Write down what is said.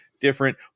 different